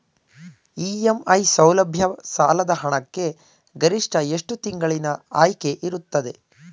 EMI ಸೌಲಭ್ಯ ಸಾಲದ ಹಣಕ್ಕೆ ಗರಿಷ್ಠ ಎಷ್ಟು ತಿಂಗಳಿನ ಆಯ್ಕೆ ಇರುತ್ತದೆ?